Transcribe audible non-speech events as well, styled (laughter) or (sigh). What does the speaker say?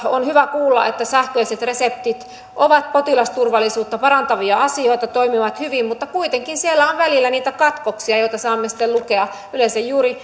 (unintelligible) on hyvä kuulla että sähköiset reseptit ovat potilasturvallisuutta parantavia asioita toimivat hyvin mutta kuitenkin siellä on välillä niitä katkoksia joista saamme sitten lukea yleensä juuri (unintelligible)